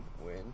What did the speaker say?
win